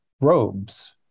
robes